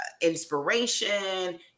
inspiration